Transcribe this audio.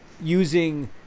using